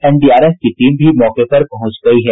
NDRF की team भी मौके पर पहुंच गयी है